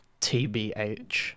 TBH